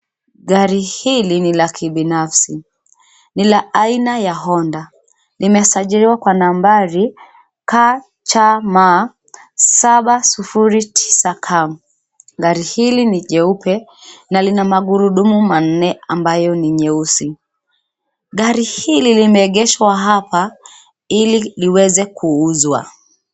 Gari hili ni la kibinafsi, ni la aina ya Honda , limesajiliwa kwa nambari, KCM 709K , gari hili ni jeupe, na lina magurudumu manne ambayo ni nyeusi. Gari hili limeegeshwa hapa, ili liweze kuuzwa.